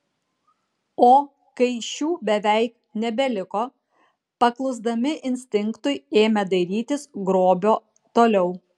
o kai šių beveik nebeliko paklusdami instinktui ėmė dairytis grobio toliau